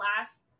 last